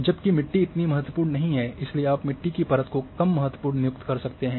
जबकि मिट्टी इतनी महत्वपूर्ण नहीं है इसलिए आप मिट्टी की परत को कम महत्वपूर्ण नियुक्त कर सकते हैं